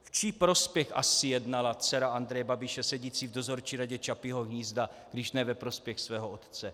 V čí prospěch asi jednala dcera Andreje Babiše, sedící v dozorčí radě Čapího hnízda, když ne ve prospěch svého otce?